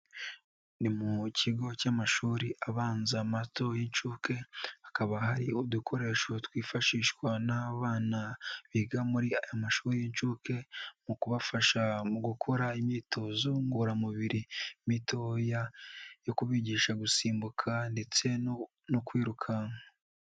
Ni mu kigo cy'amashuri abanza, mato y'inshuke, hakaba hari udukoresho twifashishwa n'abana biga muri aya mashuri y'inshuke, mu kubafasha mu gukora imyitozo ngororamubiri mitoya, yo kubigisha gusimbuka ndetse no kwirukanka.